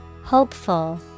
Hopeful